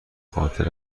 خاطر